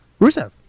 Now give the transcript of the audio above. Rusev